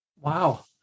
Wow